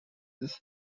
this